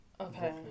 Okay